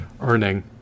earning